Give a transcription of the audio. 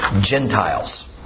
Gentiles